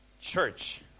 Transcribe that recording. Church